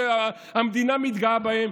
שהמדינה מתגאה בהם.